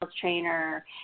trainer